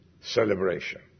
celebration